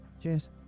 Cheers